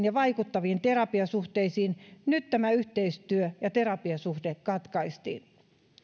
ja vaikuttaviin terapiasuhteisiin ja nyt tämä yhteistyö ja terapiasuhde katkaistiin